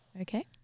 Okay